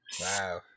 Wow